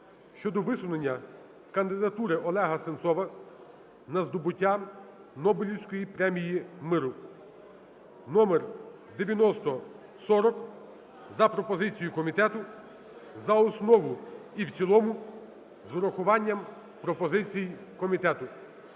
щодо висунення кандидатури Олега Сенцова на здобуття Нобелівської премії миру (№9040) за пропозицією комітету за основу і в цілому з урахуванням пропозицій комітету.